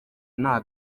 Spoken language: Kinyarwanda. nta